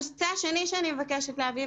הנושא השני שאני מבקשת להעלות,